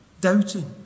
Doubting